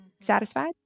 satisfied